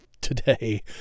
today